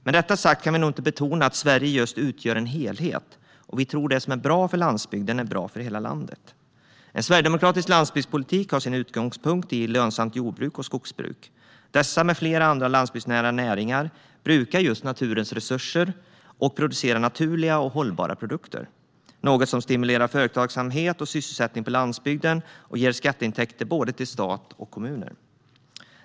Med detta sagt kan vi inte nog betona att Sverige utgör en helhet, och vi tror att det som är bra för landsbygden är bra för hela landet. En sverigedemokratisk landsbygdspolitik har sin utgångspunkt i lönsamt jordbruk och skogsbruk. Dessa och flera andra landsbygdsnära näringar brukar naturens resurser och producerar naturliga och hållbara produkter, något som stimulerar företagsamhet och sysselsättning på landsbygden och ger skatteintäkter till både stat och kommuner.